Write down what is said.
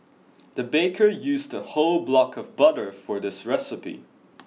the baker used a whole block of butter for this recipe